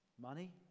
money